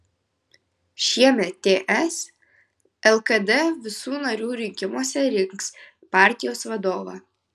šiemet ts lkd visų narių rinkimuose rinks partijos vadovą